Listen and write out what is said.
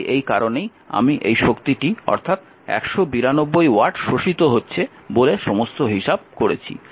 তাই এই কারণেই আমি এই শক্তিটি অর্থাৎ এই 192 ওয়াট শোষিত হচ্ছে বলে সমস্ত হিসাব করেছি